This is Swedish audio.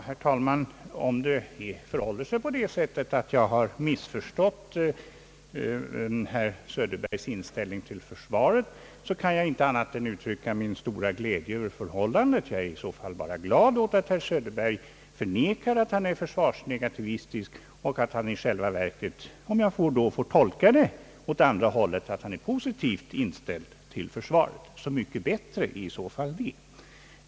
Herr talman! Om jag missförstått herr Söderbergs inställning till försvaret, kan jag inte annat än uttrycka min stora glädje över det förhållandet. Jag är i så fall bara glad över att herr Söderberg förnekar att han är försvarsnegativistisk, och, om jag får tolka det åt andra hållet, att han i själva verket är positivt inställd till försvaret. Så mycket bättre i så fall.